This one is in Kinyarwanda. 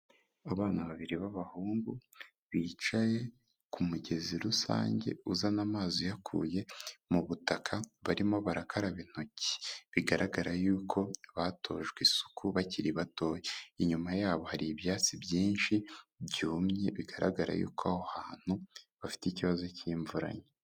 Abana babiri b'abahungu bicaye ku mugezi rusange uzana amazi uyakuye mu butaka barimo barakaraba intoki, bigaragara yuko batojwe isuku bakiri batoya. Inyuma yabo hari ibyatsi byinshi byumye bigaragara yuko aho hantu bafite ikibazo cy'imvura nke.